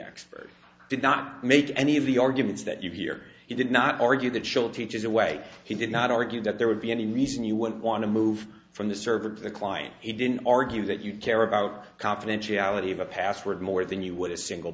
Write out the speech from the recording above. expert did not make any of the arguments that you hear he did not argue that schildt teaches the way he did not argue that there would be any reason you would want to move from the server to the client he didn't argue that you care about confidentiality of a password more than you would a single